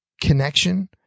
connection